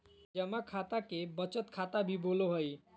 जमा खाता के बचत खाता भी बोलो हइ